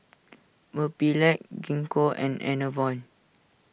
Mepilex Gingko and Enervon